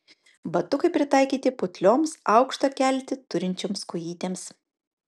batukai pritaikyti putlioms aukštą keltį turinčioms kojytėms